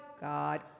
God